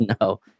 no